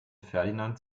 ferdinand